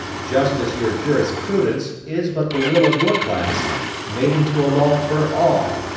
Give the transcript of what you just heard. just as your jurisprudence is but the will of your class made into a law for all,